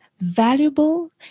valuable